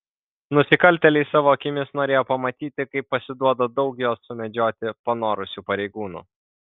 nusikaltėliai savo akimis norėjo pamatyti kaip pasiduoda daug juos sumedžioti panorusių pareigūnų